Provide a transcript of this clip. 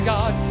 God